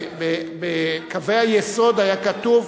בקווי היסוד היה כתוב,